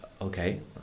okay